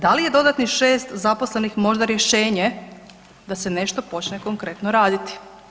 Da li je dodatnih 6 zaposlenih možda rješenje da se nešto počne konkretno raditi?